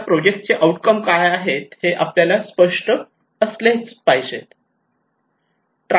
आपल्या प्रोजेक्ट चे आउटकम काय आहेत हे आपल्याला स्पष्ट असलेच पाहिजे